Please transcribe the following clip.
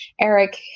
Eric